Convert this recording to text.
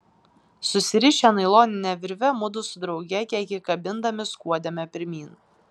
susirišę nailonine virve mudu drauge kiek įkabindami skuodėme pirmyn